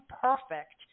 perfect